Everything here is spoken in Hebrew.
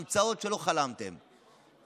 המצאות שלא חלמתם עליהן,